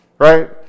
Right